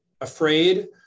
afraid